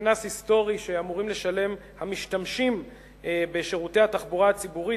קנס היסטורי שאמורים לשלם המשתמשים בשירותי התחבורה הציבורית,